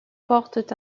portent